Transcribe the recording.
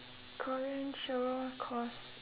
korean show cause